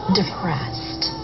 depressed